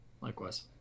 likewise